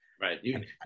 Right